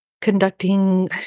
conducting